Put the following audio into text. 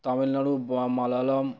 তামিলনাড়ু বা মালয়ালম